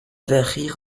verrerie